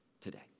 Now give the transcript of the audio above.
today